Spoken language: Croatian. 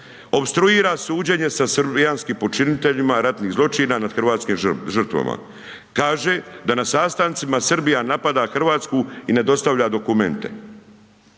opstruira suđenje sa srbijanskim počiniteljima, ratnim zloćina nad hrvatskim žrtvama. Kaže, da na sastancima, Srbija napada Hrvatsku i ne dostavlja dokumente.